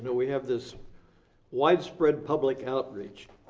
we have this widespread public outreach,